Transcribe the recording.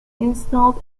installed